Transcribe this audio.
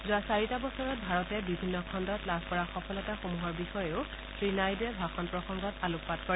যোৱা চাৰিটা বছৰত ভাৰতে বিভিন্ন খণ্ডত লাভ কৰা সফলতাসমূহৰ বিষয়েও শ্ৰীনাইডুৱে ভাষণ প্ৰসংগত আলোকপাত কৰে